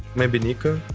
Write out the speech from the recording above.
maybe niko.